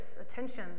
attention